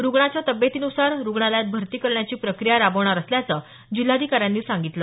रुग्णाच्या तब्येतीन्सार रुग्णालयात भरती करण्याची प्रक्रिया राबवणार असल्याचं जिल्हाधिकाऱ्यांनी सांगितलं